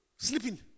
Sleeping